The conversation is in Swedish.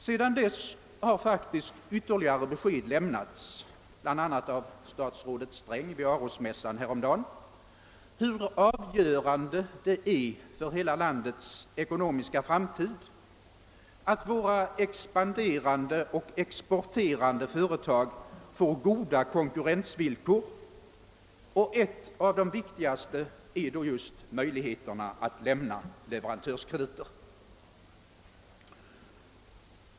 Sedan dess har faktiskt ytterligare besked lämnats, bl.a. av statsrådet Sträng vid Arosmässan häromdagen, om hur avgörande det är för hela landets ekonomiska framtid att våra expanderande och exporterande företag får goda konkurrensvillkor, och ett av de viktigaste är då just möjligheter att lämna leverantörskrediter.